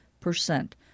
percent